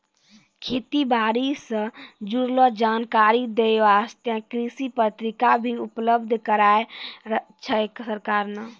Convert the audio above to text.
खेती बारी सॅ जुड़लो जानकारी दै वास्तॅ कृषि पत्रिका भी उपलब्ध कराय छै सरकार नॅ